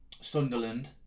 Sunderland